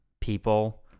people